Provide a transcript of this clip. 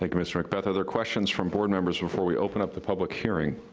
like mr. macbeth. are there questions from board members before we open up the public hearing?